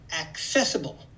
accessible